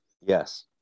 Yes